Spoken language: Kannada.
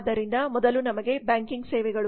ಆದ್ದರಿಂದ ಮೊದಲು ನಮಗೆ ಬ್ಯಾಂಕಿಂಗ್ ಸೇವೆಗಳು